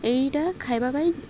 ଏଇଟା ଖାଇବା ପାଇଁ